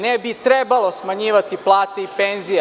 Ne bi trebalo smanjivati plate i penzije.